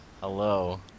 Hello